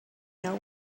know